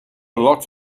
lot